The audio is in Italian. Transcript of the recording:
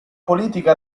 politico